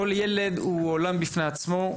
כל ילד הוא עולם בפני עצמו,